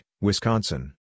Wisconsin